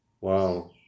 Wow